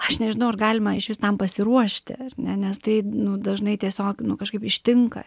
aš nežinau ar galima išvis tam pasiruošti ar ne nes tai nu dažnai tiesiog nu kažkaip ištinka